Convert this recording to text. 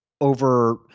over